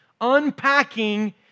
unpacking